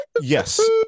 Yes